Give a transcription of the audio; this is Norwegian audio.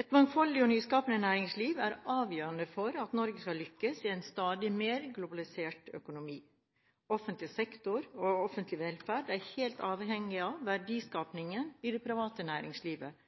Et mangfoldig og nyskapende næringsliv er avgjørende for at Norge skal lykkes i en stadig mer globalisert økonomi. Offentlig sektor og offentlig velferd er helt avhengig av verdiskapingen i det private næringslivet,